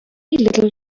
little